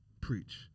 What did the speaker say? Preach